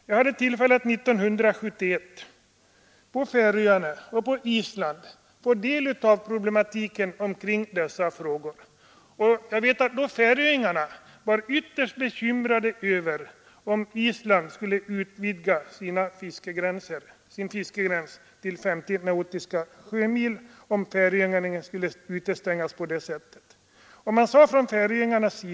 Jag hade tillfälle att 1971 på Färöarna och på Island ta del av problematiken kring dessa frågor. Färöingarna var då ytterst bekymrade inför möjligheterna att Island skulle utvidga sin fiskegräns till 50 nautiska mil och på det sättet utestänga Färöarna.